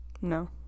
No